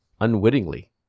Unwittingly